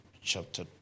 chapter